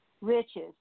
riches